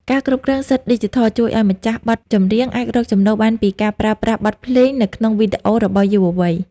ការគ្រប់គ្រងសិទ្ធិឌីជីថល ជួយឱ្យម្ចាស់បទចម្រៀងអាចរកចំណូលបានពីការប្រើប្រាស់បទភ្លេងនៅក្នុងវីដេអូរបស់យុវវ័យ។